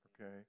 Okay